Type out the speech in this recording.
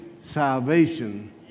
salvation